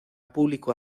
público